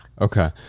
Okay